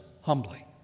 humbly